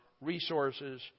resources